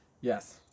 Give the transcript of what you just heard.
Yes